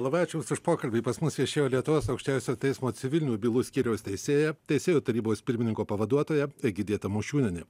labai ačiū jums už pokalbį pas mus viešėjo lietuvos aukščiausiojo teismo civilinių bylų skyriaus teisėja teisėjų tarybos pirmininko pavaduotoja egidija tamošiūnienė